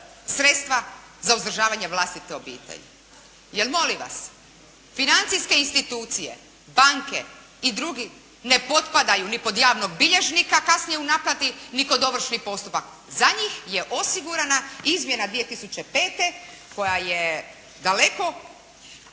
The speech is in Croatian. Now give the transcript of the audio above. sredstva za uzdržavanje vlastite obitelji. Jer molim vas, financijske institucije, banke i drugi ne potpadaju ni pod javnog bilježnika, a kasnije u naplati ni pod ovršni postupak. Za njih je osigurana izmjena 2005. koja je daleko